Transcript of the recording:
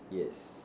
yes